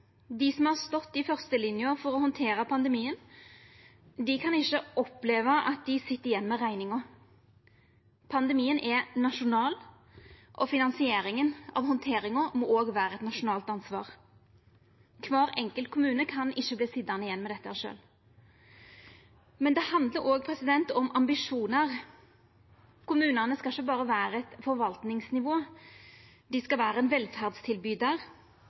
Dei som har stått i førstelinja for å handtera pandemien, kan ikkje oppleva at dei sit igjen med rekninga. Pandemien er nasjonal, og finansieringa av handteringa må òg vera eit nasjonalt ansvar. Kvar enkelt kommune kan ikkje verta sitjande igjen med dette sjølv. Men det handlar òg om ambisjonar. Kommunane skal ikkje berre vera eit forvaltningsnivå, dei skal vera ein velferdstilbydar,